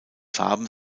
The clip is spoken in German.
farben